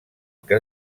què